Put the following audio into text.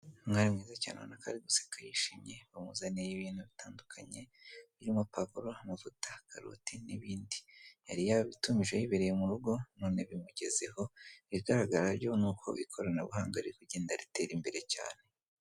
Umwari mwiza cyane ubona ko ari guseka yishimye bamuzaniye ibintu bitandukanye birimo pavuro, amavuta, karoti n'ibindi yari yabitumije yibereye mu rugo none bimugezeho, ibigaragara byo nuko ikoranabuhanga ririmo kugenda ritera imbere cyane .